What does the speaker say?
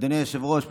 אדוני היושב-ראש,